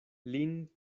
lin